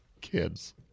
kids